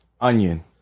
Onion